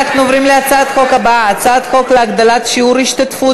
אנחנו עוברים להצעת החוק הבאה: הצעת חוק להגדלת שיעור ההשתתפות